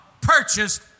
purchased